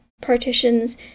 partitions